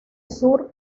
sur